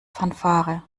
fanfare